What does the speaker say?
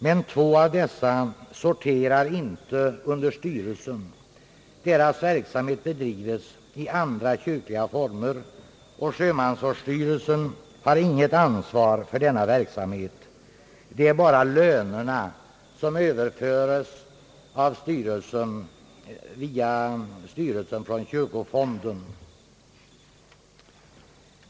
Men två av dessa tjänster sorterar inte under Sjömansvårdsstyrelsen. Deras verksamhet bedrives i andra kyrkliga former, och Sjömansvårdsstyrelsen har inte något ansvar för denna verksamhet. Det är bara lönerna som Ööverföres från kyrkofonden via Sjömansvårdsstyrelsen.